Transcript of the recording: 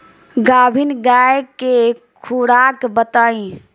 गाभिन गाय के खुराक बताई?